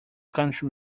country